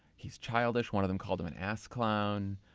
he's childish. one of them called him an ass clown.